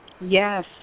Yes